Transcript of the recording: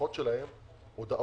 ללקוחות שלהם הודעות,